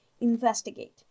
investigate